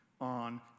on